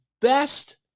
best